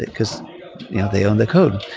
because they own the code.